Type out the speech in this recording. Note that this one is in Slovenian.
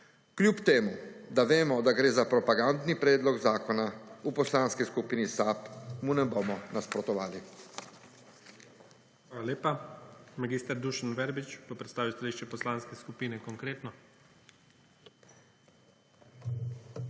Kljub temu, da vemo, da gre za propagandni predlog zakona v Poslanski skupini SAB mu ne bomo nasprotovali.